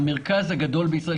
המרכז הגדול בישראל,